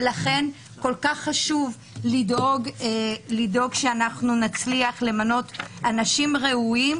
ולכן כל כך חשוב לדאוג שאנחנו נצליח למנות אנשים ראויים.